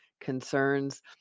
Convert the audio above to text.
concerns